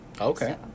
Okay